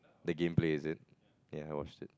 the game play is it ya I watched it